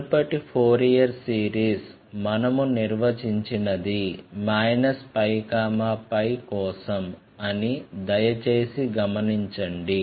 మునుపటి Fourier series మనము నిర్వచించినది π π కోసం అని దయచేసి గమనించండి